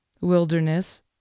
Wilderness